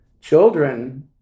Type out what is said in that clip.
children